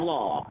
Law